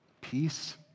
Peace